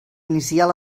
inicial